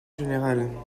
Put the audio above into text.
générale